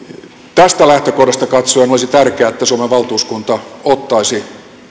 tästä lähtökohdasta katsoen olisi tärkeää että suomen valtuuskunta ottaisi